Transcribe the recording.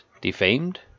Defamed